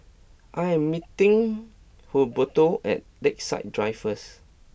I am meeting Humberto at Lakeside Drive first